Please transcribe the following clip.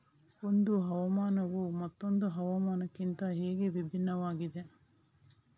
ಒಂದು ಹವಾಮಾನವು ಮತ್ತೊಂದು ಹವಾಮಾನಕಿಂತ ಹೇಗೆ ಭಿನ್ನವಾಗಿದೆ?